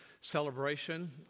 celebration